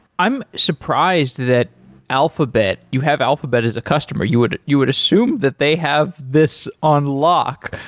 i'm surprised that alphabet you have alphabet as a customer. you would you would assume that they have this on lock.